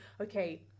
okay